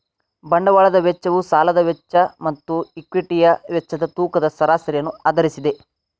ಬಂಡವಾಳದ ವೆಚ್ಚವು ಸಾಲದ ವೆಚ್ಚ ಮತ್ತು ಈಕ್ವಿಟಿಯ ವೆಚ್ಚದ ತೂಕದ ಸರಾಸರಿಯನ್ನು ಆಧರಿಸಿದೆ